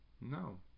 No